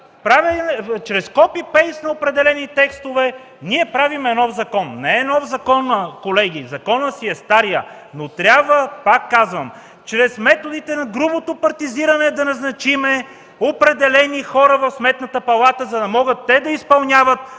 чрез Сopy- Рaste на определени текстове, ние правим нов закон. Не е нов законът, колеги! Законът си е старият, но, пак казвам, чрез методите на грубото партизиране трябва да назначим определени хора в Сметната палата, за да могат да изпълняват